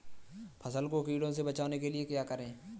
फसल को कीड़ों से बचाने के लिए क्या करें?